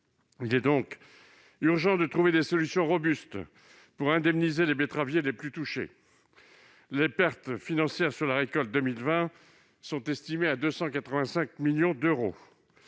Il est urgent de trouver des solutions robustes pour indemniser les betteraviers les plus touchés. Alors que les pertes financières sur la récolte 2020 sont estimées à 285 millions d'euros,